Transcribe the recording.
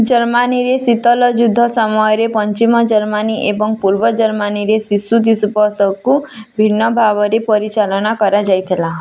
ଜର୍ମାନୀରେ ଶୀତଳ ଯୁଦ୍ଧ ସମୟରେ ପଶ୍ଚିମ ଜର୍ମାନୀ ଏବଂ ପୂର୍ବ ଜର୍ମାନୀରେ ଶିଶୁ ଦିସବସକୁ ଭିନ୍ନ ଭାବରେ ପରିଚାଲନା କରାଯାଇଥିଲା